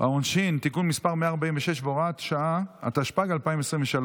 העונשין (תיקון מס' 146 והוראת שעה), התשפ"ג 2023,